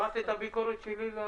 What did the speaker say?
שמעת את הביקורת שלי?